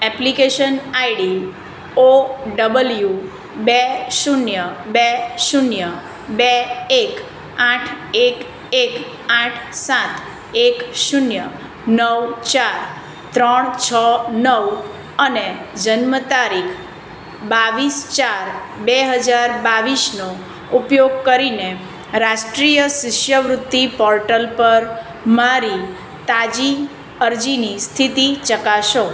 application ID O W બે શૂન્ય બે શૂન્ય બે એક આઠ એક એક આઠ સાત એક શૂન્ય નવ ચાર ત્રણ છ નવ અને જન્મ તારીખ બાવીસ ચાર બે હજાર બાવીસનો ઉપયોગ કરીને રાષ્ટ્રીય શિષ્યવૃત્તિ પોર્ટલ પર મારી તાજી અરજીની સ્થિતિ ચકાસો